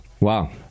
wow